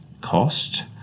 cost